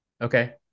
Okay